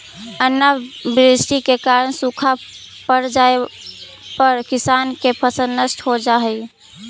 अनावृष्टि के कारण सूखा पड़ जाए पर किसान के फसल नष्ट हो जा हइ